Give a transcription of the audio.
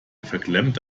verklemmte